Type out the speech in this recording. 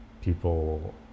people